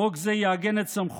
חוק זה יעגן את סמכויותיה,